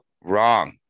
Wrong